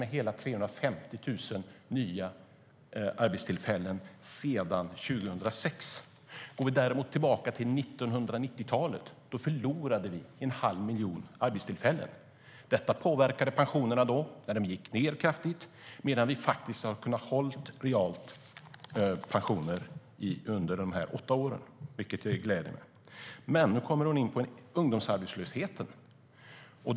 Det är hela 350 000 nya arbetstillfällen sedan 2006.Nu kommer man in på ungdomsarbetslösheten.